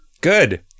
Good